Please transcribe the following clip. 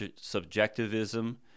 subjectivism